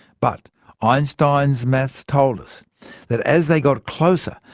but einstein's maths told us that as they got closer,